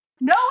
No